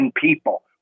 people